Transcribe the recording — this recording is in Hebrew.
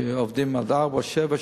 שם עובדים עד 16:00 או 19:00,